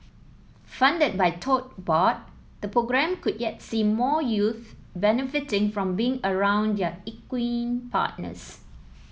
funded by Tote Board the programme could yet see more youths benefiting from being around their equine partners